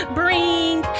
bring